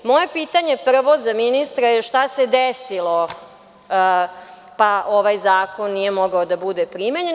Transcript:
Moje pitanje prvo, za ministra je – šta se desilo pa ovaj Zakon nije mogao da bude primenjen?